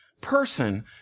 person